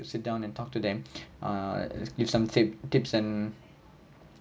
sit down and talk to them ah just give some tip tips and